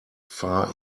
far